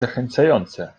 zachęcające